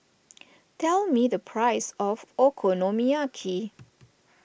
tell me the price of Okonomiyaki